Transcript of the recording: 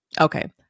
Okay